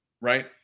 right